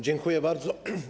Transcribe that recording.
Dziękuję bardzo.